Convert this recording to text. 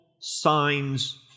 signs